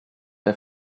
der